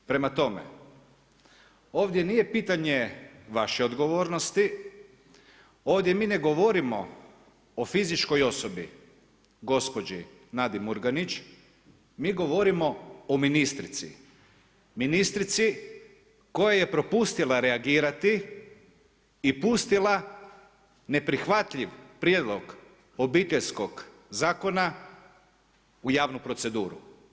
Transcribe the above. Prema tome, ovdje nije pitanje vaše odgovornosti, ovdje mi ne govorimo o fizičkoj osobi, gospođi Nadi Murganić, mi govorimo o ministrici, ministrici koja je propustila reagirati i pustila neprihvatljiv prijedlog Obiteljskog zakona u javnu proceduru.